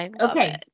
Okay